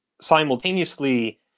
simultaneously